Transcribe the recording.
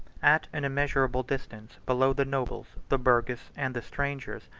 at an immeasurable distance below the nobles, the burgesses, and the strangers,